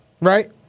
right